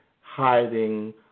hiding